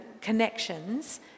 connections